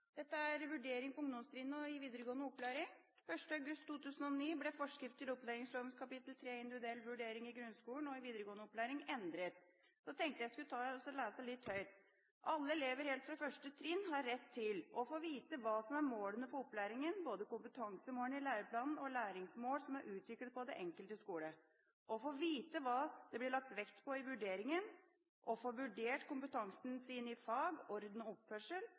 på ungdomstrinnet og i videregående opplæring»: «1. august 2009 ble forskrift til opplæringsloven kapittel 3 «Individuell vurdering i grunnskolen og i videregående opplæring» endret.» Jeg leser høyt fra denne: «Alle elever helt fra 1. trinn har rett til – å få vite hva som er målene for opplæringen, både kompetansemålene i læreplanene og læringsmål som er utviklet på den enkelte skole – å få vite hva det blir lagt vekt på i vurderingen – å få vurdert kompetansen sin i fag, orden og oppførsel